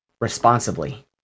responsibly